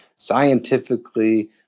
scientifically